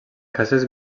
cases